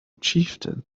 chieftain